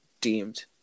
deemed